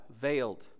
veiled